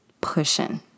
pushing